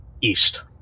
east